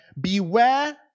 Beware